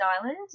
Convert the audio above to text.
Island